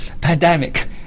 pandemic